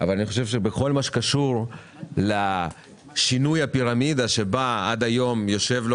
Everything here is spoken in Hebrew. אבל אני חושב שבכל מה שקשור לשינוי הפירמידה שבה עד היום יושב לו